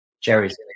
Jerry's